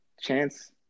chance